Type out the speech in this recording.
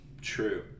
True